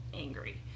angry